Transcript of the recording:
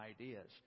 ideas